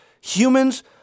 Humans